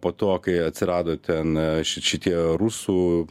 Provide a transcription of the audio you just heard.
po to kai atsirado ten šit šitie rusų